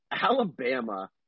Alabama